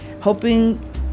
hoping